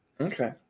Okay